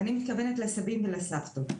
אני מתכוונת לסבים ולסבתות.